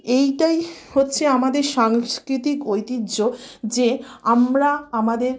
এইটাই হচ্ছে আমাদের সাংস্কৃতিক ঐতিহ্য যে আমরা আমাদের